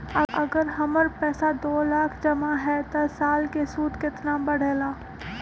अगर हमर पैसा दो लाख जमा है त साल के सूद केतना बढेला?